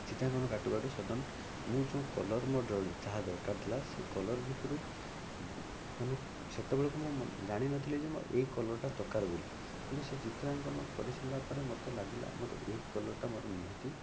ଚିତ୍ରାଙ୍କନ କାଟୁ କାଟୁ ସଡ଼ନ୍ ମୁଁ ଯେଉଁ କଲର୍ ମୋର ଯାହା ଦରକାର ଥିଲା ସେ କଲର୍ ଭିତରୁ ମାନେ ସେତେବେଳକୁ ମୁଁ ଜାଣିନଥିଲି ଯେ ମୋର ଏହି କଲର୍ଟା ଦରକାର ବୋଲି କିନ୍ତୁ ସେ ଚିତ୍ରାଙ୍କନ କରିସାରିଲାପରେ ମୋତେ ଲାଗିଲା ମୋତେ ଏହି କଲର୍ଟା ମୋର ନିହାତି